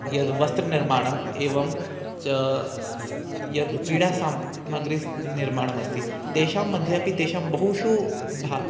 यद् वस्त्रनिर्माणम् एवं च स् यद् क्रीडासामग्री निर्माणमस्ति तेषां मध्ये अपि तेषां बहुषु भा